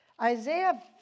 Isaiah